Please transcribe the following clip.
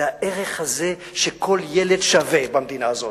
זה הערך הזה שכל ילד שווה במדינה הזאת.